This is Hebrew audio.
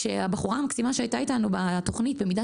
כשהבחורה המקסימה שהייתה אתנו בתוכנית במידה